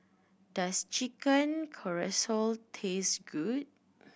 does Chicken Casserole taste good